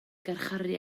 garcharu